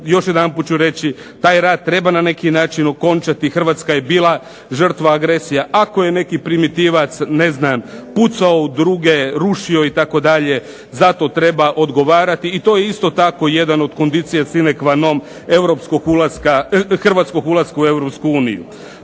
još jedanput ću reći taj rat treba na neki način okončati, Hrvatska je bila žrtva agresije, ako je neki primitivac ne znam pucao u druge, rušio itd., za to treba odgovarati i to isto tako jedan od condicio sine qua non, europskog ulaska,